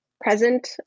present